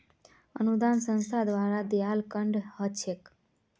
अनुदान संस्था द्वारे दियाल फण्ड ह छेक